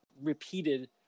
repeated